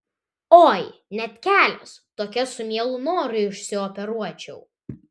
oi net kelias tokias su mielu noru išsioperuočiau